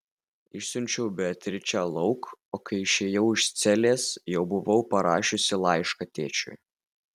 išsiunčiau beatričę lauk o kai išėjau iš celės jau buvau parašiusi laišką tėčiui